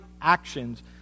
actions